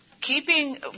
Keeping